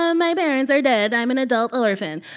um my parents are dead. i'm an adult orphan.